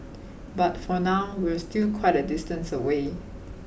but for now we're still quite a distance away